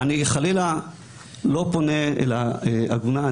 אני חלילה לא פונה אל העגונה,